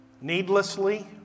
needlessly